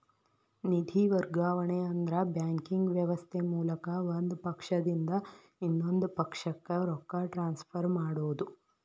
ನಿಧಿ ವರ್ಗಾವಣೆ ಅಂದ್ರ ಬ್ಯಾಂಕಿಂಗ್ ವ್ಯವಸ್ಥೆ ಮೂಲಕ ಒಂದ್ ಪಕ್ಷದಿಂದ ಇನ್ನೊಂದ್ ಪಕ್ಷಕ್ಕ ರೊಕ್ಕ ಟ್ರಾನ್ಸ್ಫರ್ ಮಾಡೋದ್